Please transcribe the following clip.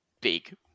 big